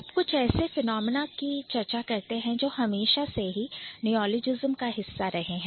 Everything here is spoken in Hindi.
अब कुछ ऐसे Phenomenon विषयों की चर्चा करते हैं जो हमेशा से ही Neologism का हिस्सा रहे हैं